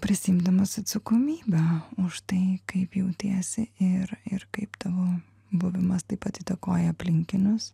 prisiimdamas atsakomybę už tai kaip jautiesi ir ir kaip tavo buvimas taip pat įtakoja aplinkinius